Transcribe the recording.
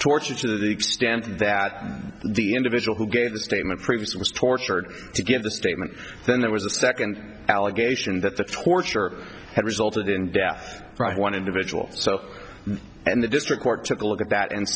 torture to the extent that the individual who gave the statement previous was tortured to give the statement then there was a second allegation that the torture had resulted in death from one individual so and the district court took a look at that and